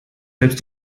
selbst